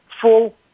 full